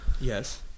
Yes